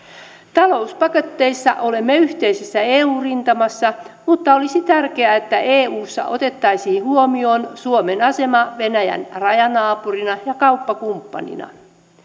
talouspakotteissa olemme yhteisessä eu rintamassa mutta olisi tärkeää että eussa otettaisiin huomioon suomen asema venäjän rajanaapurina ja kauppakumppanina